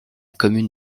commune